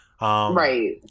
right